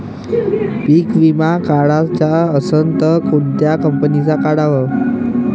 पीक विमा काढाचा असन त कोनत्या कंपनीचा काढाव?